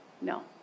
No